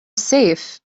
safe